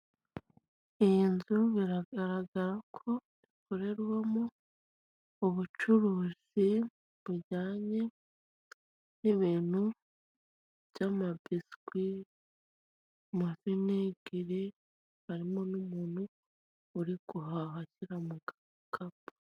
Iyi nzu biragaragara ko ikorerwamo ubucuruzi bujyanye n'ibintu by'amabiswi, amavinegere, harimo n'umuntu uri guhaha ashyira mu gakapu.